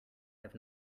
have